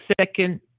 second